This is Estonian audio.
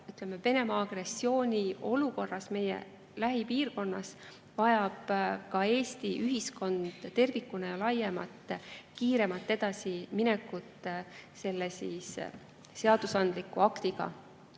Venemaa agressiooni olukorras meie lähipiirkonnas vajab ka Eesti ühiskond tervikuna ja laiemalt kiiremat edasiminekut selle seadusandliku aktiga. Mul